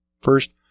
First